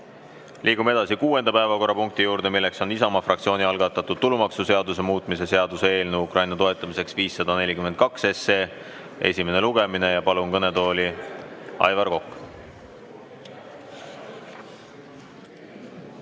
Liigume edasi kuuenda päevakorrapunkti juurde. See on Isamaa fraktsiooni algatatud tulumaksuseaduse muutmise seaduse eelnõu Ukraina toetamiseks 542 esimene lugemine. Palun kõnetooli, Aivar Kokk!